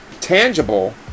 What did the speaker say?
tangible